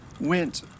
went